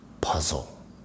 puzzle